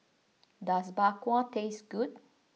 does Bak Kwa taste good